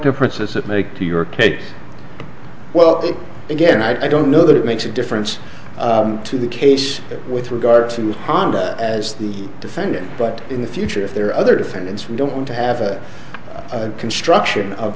difference does it make to your case well again i don't know that it makes a difference to the case with regard to his conduct as the defendant but in the future if there are other defendants we don't want to have a construction of